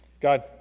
God